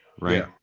right